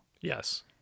Yes